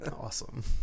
awesome